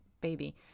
baby